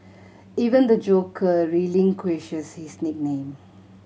even the Joker relinquishes his nickname